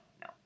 no